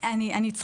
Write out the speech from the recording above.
אני לא משתתפת.